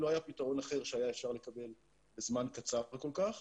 לא היה פתרון אחר שהיה אפשר לקבל בזמן קצר כל-כך,